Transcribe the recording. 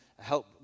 help